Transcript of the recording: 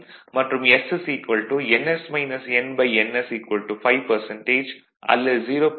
மற்றும் sns nns 5 அல்லது 0